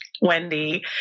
Wendy